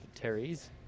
Terry's